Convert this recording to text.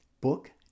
book